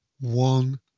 One